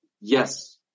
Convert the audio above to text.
yes